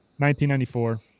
1994